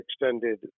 extended